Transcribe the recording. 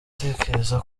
utekereza